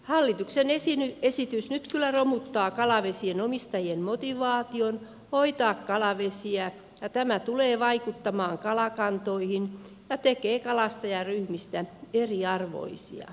hallituksen esitys nyt kyllä romuttaa kalavesien omistajien motivaation hoitaa kalavesiä ja tämä tulee vaikuttamaan kalakantoihin ja tekee kalastajaryhmistä eriarvoisia